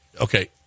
okay